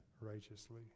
righteously